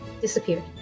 disappeared